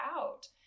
out